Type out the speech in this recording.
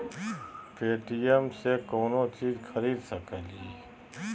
Paytm से कौनो चीज खरीद सकी लिय?